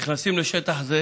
נכנסים לשטח זה